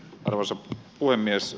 arvoisa puhemies